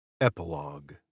Epilogue